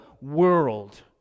world